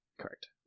Correct